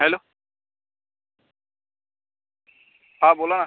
hello हां बोला